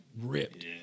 ripped